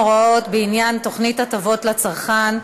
הוראות בעניין תוכנית הטבות לצרכן),